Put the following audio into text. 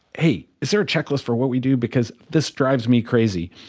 hey, is there a checklist for what we do? because this drives me crazy.